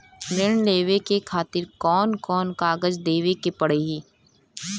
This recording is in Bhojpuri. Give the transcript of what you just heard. ऋण लेवे के खातिर कौन कोन कागज देवे के पढ़ही?